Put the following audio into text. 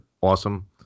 awesome